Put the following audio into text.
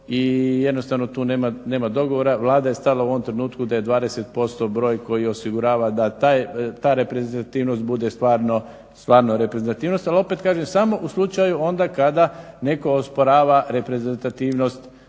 i jednostavno tu nema dogovora. Vlada je stavila u ovom trenutku da je 20% broj koji osigurava da ta reprezentativnost bude stvarno reprezentativnost, ali opet kažem, samo u slučaju onda kada netko osporava reprezentativnost